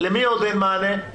למי עוד אין מענה.